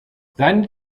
seine